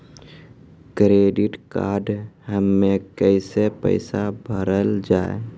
Credit card हम्मे कैसे पैसा भरल जाए?